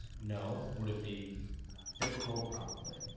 no. would it be difficult? probably.